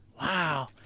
Wow